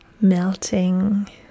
melting